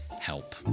Help